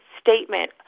statement